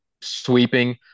sweeping –